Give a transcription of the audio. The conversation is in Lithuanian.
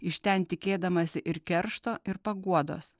iš ten tikėdamasi ir keršto ir paguodos